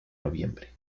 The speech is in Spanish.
noviembre